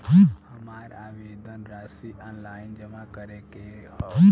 हमार आवेदन राशि ऑनलाइन जमा करे के हौ?